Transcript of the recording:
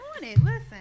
Listen